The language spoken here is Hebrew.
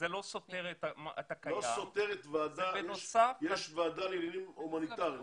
לא סותר את הוועדה, יש ועדה לעניינים הומניטריים.